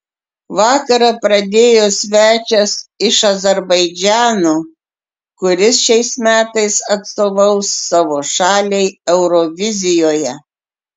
vakarą pradėjo svečias iš azerbaidžano kuris šiais metais atstovaus savo šaliai eurovizijoje